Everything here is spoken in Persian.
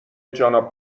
جانا